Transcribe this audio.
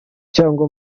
cyangwa